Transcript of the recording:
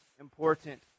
important